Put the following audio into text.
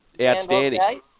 Outstanding